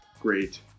great